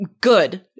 good